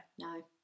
No